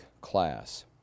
class